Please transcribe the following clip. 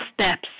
steps